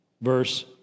Verse